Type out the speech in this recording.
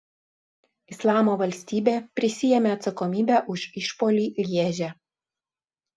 islamo valstybė prisiėmė atsakomybę už išpuolį lježe